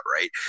right